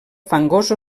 fangós